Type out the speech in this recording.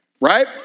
right